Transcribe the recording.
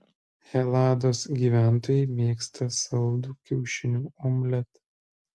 helados gyventojai mėgsta saldų kiaušinių omletą